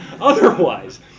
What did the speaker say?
otherwise